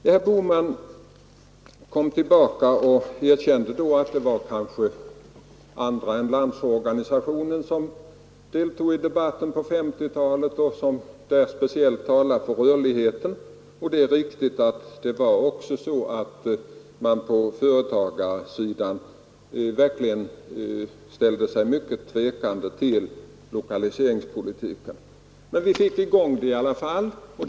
Sedan kom herr Bohman tillbaka och erkände att det kanske var andra än Landsorganisationen som deltog i debatten på 1950-talet och som då talade för rörligheten och att det är riktigt att man på företagarsidan ställde sig mycket tveksam till lokaliseringspolitiken. Men vi fick i alla fall i gång den.